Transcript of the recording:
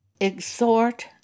Exhort